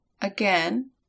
Again